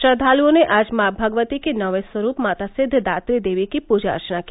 श्रद्धालओं ने आज मों भगवती के नौवे स्वरूप माता सिद्धिदात्री देवी की पूजा अर्चना की